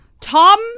Tom